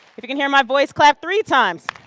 if you can hear my voice, clap three times.